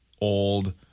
old